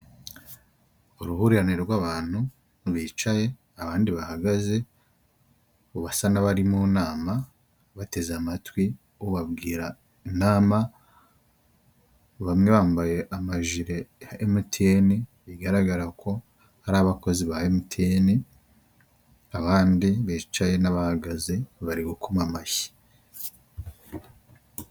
Uruhurirane rw'abantu bicaye abandi bahagaze basa n'abari mu nama bateze amatwi ubabwira inama bamwe bambaye amagire ya MTN bigaragara ko ari abakozi ba MTN abandi bicaye n'abahagaze bari gukoma amashyi .